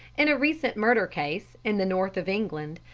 in a recent murder case, in the north of england,